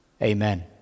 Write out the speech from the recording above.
Amen